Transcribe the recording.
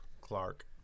Clark